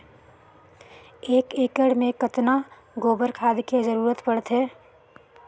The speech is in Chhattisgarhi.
एक एकड़ मे कतका गोबर खाद के जरूरत पड़थे?